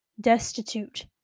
destitute